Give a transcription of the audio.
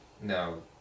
no